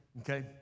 okay